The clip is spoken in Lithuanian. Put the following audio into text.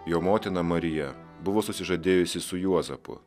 jo motina marija buvo susižadėjusi su juozapu